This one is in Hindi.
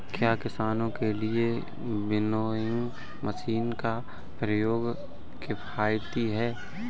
क्या किसानों के लिए विनोइंग मशीन का प्रयोग किफायती है?